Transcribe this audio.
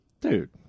Dude